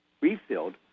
refilled